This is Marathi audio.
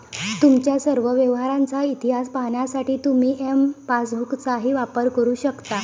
तुमच्या सर्व व्यवहारांचा इतिहास पाहण्यासाठी तुम्ही एम पासबुकचाही वापर करू शकता